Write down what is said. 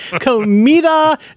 comida